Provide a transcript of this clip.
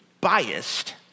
biased